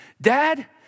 Dad